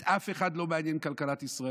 את אף אחד לא מעניינת כלכלת ישראל,